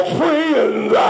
friends